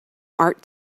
art